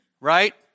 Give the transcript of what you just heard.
right